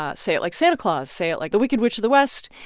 ah say it like santa claus. say it like the wicked witch of the west.